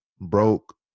broke